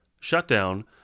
shutdown